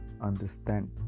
understand